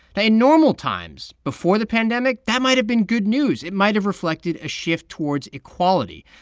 in normal times, before the pandemic, that might have been good news. it might have reflected a shift towards equality.